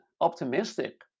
optimistic